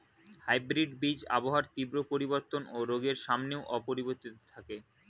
hybrid বীজ আবহাওয়ার তীব্র পরিবর্তন ও রোগের সামনেও অপরিবর্তিত থাকে